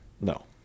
No